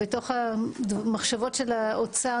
בתוך המחשבות של האוצר,